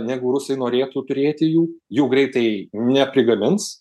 negu rusai norėtų turėti jų jų greitai neprigamins